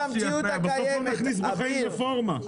בסוף לא נכניס בחיים רפורמה.